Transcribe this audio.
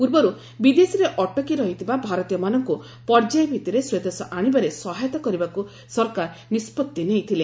ପୂର୍ବରୁ ବିଦେଶରେ ଅଟକି ରହିଥିବା ଭାରତୀୟମାନଙ୍କୁ ପର୍ଯ୍ୟାୟ ଭିତ୍ତିରେ ସ୍ୱଦେଶ ଆଣିବାରେ ସହାୟତା କରିବାକୁ ସରକାର ନିଷ୍ପଭି ନେଇଥିଲେ